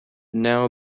now